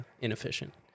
inefficient